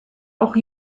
auch